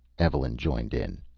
evelyn joined in.